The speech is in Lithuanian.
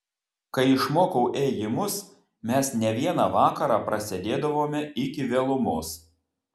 kai išmokau ėjimus mes ne vieną vakarą prasėdėdavome iki vėlumos